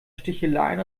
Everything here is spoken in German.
sticheleien